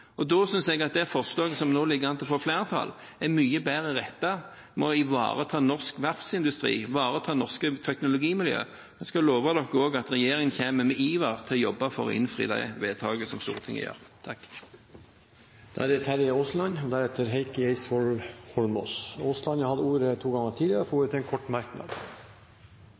Da synes jeg at det forslaget som nå ligger an til å få flertall, er mye bedre rettet mot å ivareta norske verftsindustri og ivareta norske teknologimiljøer. Jeg skal love at regjeringen kommer med iver til å jobbe for å innfri de vedtakene som Stortinget fatter. Representanten Terje Aasland har hatt ordet to ganger tidligere og får ordet til en kort merknad,